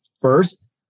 first